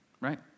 right